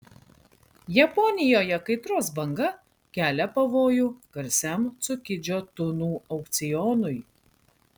japonijoje kaitros banga kelia pavojų garsiam cukidžio tunų aukcionui